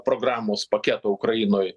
programos paketo ukrainoj